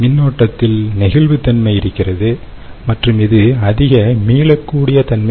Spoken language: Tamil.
மின்னோட்டத்தில் நெகிழ்வுத்தன்மை இருக்கிறது மற்றும் இது அதிக மீளக்கூடிய தன்மை